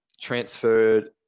transferred